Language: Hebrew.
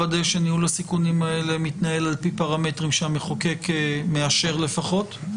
לוודא שניהול הסיכונים הזה מתנהל על פי פרמטרים שהמחוקק מאשר לפחות,